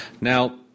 Now